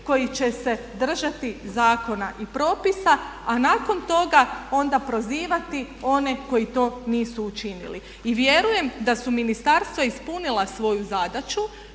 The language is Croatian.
koji će se držati zakona i propisa a nakon toga onda prozivati one koji to nisu učinili. I vjerujem da su ministarstva ispunila svoju zadaću